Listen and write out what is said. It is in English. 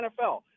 NFL